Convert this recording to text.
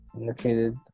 Indicated